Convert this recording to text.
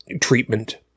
treatment